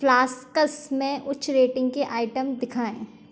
flasks में उच्च rating के आइटम दिखाएँ